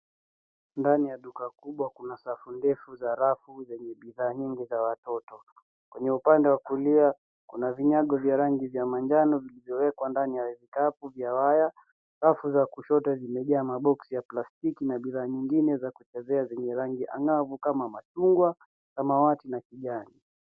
Ndani ya duka kubwa kuna safu ndefu za rafu zenye bidhaa nyingi za watoto. Kwenye upande wa kulia, kuna vinyago vya rangi vya manjano vilivyowekwa ndani ya vikabu vya waya. Rafu za kushoto zimejaa maboxsi ya plastiki na bidhaa nyingine za kuchezea zenye rangi anga'vu kama machugwa, samawati na kijani.